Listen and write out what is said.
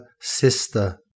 sister